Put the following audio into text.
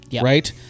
right